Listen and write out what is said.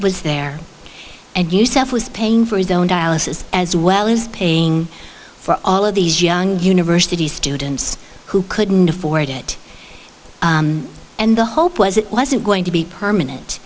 was there and yousef was paying for his own dialysis as well as paying for all of these young university students who couldn't afford it and the hope was it wasn't going to be permanent